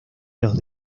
los